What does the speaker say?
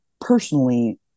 personally